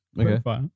Okay